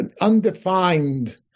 undefined